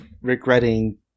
regretting